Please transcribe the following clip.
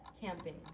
Camping